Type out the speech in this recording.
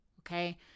okay